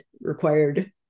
required